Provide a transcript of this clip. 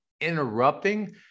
interrupting